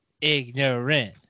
Ignorant